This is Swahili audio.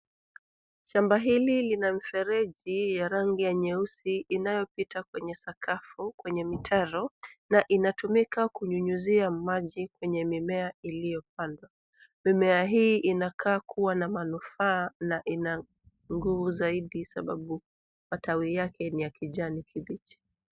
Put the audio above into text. Shamba hili lina mifereji ya rangi ya nyeusi inayopita kwenye sakafu kwenye mitaro, na inatumika kunyunyizia maji kwenye mimea iliyopandwa. Mimea hii inakaa kuwa na manufaa na ina nguvu zaidi, sababu matawi yake ni ya kijani kibichi.